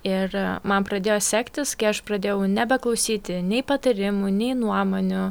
ir man pradėjo sektis kai aš pradėjau nebeklausyti nei patarimų nei nuomonių